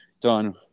done